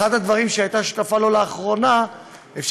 אחד הדברים שהיא הייתה שותפה לו לאחרונה אִפשר